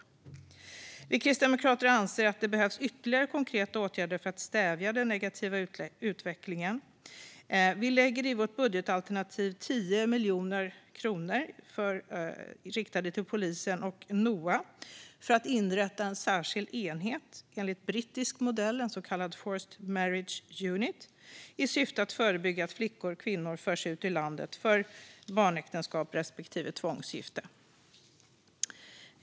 Vi kristdemokrater anser att det behövs ytterligare konkreta åtgärder för att stävja den negativa utvecklingen. Vi lägger i vårt budgetalternativ 10 miljoner kronor riktade till polisen och NOA för att inrätta en särskild enhet enligt brittisk modell, en så kallad Forced Marriage Unit, i syfte att förebygga att flickor och kvinnor förs ut ur landet för barnäktenskap respektive tvångsgifte.